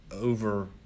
over